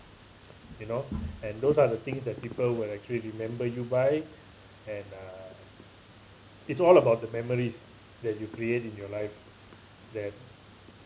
you know and those are the things that people will actually remember you by and uh it's all about the memories that you create in your life that